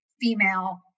female